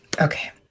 Okay